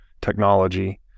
technology